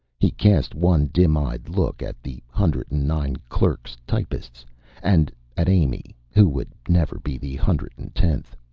he cast one dim-eyed look at the hundred and nine clerks, typists and at amy, who would never be the hundred and tenth.